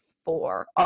four